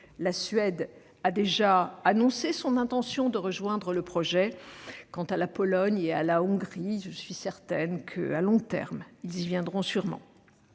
La Suède a déjà annoncé son intention de rejoindre le projet ; concernant la Pologne et à la Hongrie, je suis certaine qu'à long terme ils y viendront ...